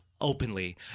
openly